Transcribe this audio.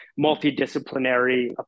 multidisciplinary